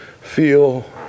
feel